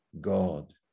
God